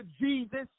Jesus